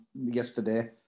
yesterday